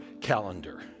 calendar